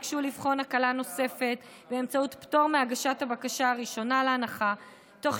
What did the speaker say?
הם ביקשו לבחון הקלה נוספת באמצעות פטור מהגשת הבקשה הראשונה להנחה תוך